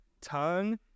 tongue